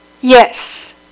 Yes